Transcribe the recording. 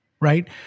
Right